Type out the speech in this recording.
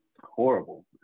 Horrible